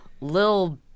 little